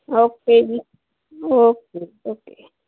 okay ji okay okay